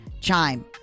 Chime